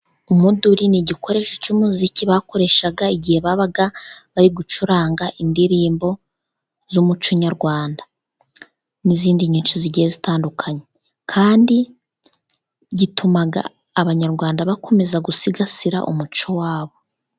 Umuduri ni igikoresho cy'umuziki bakoreshaga igihe babaga bari gucuranga indirimbo z'umuco nyarwanda, n'izindi nyinshi zigiye zitandukanye. Kandi gituma Abanyarwanda bakomeza gusigasira umuco wabo.